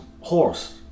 horse